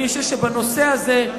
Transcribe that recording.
אני חושב שבנושא הזה,